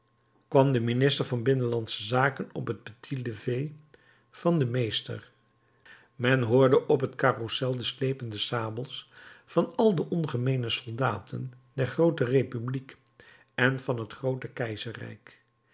kwam de minister van binnenlandsche zaken op het petit lever van den meester men hoorde op het carrouselplein de slepende sabels van al die ongemeene soldaten der groote republiek en van het groote keizerrijk